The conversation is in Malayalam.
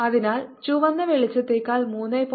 8 അതിനാൽ ചുവന്ന വെളിച്ചത്തേക്കാൾ 3